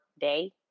day